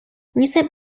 recent